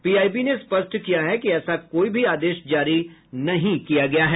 P I B ने स्पष्ट किया कि ऐसा कोई भी आदेश जारी नहीं किया गया है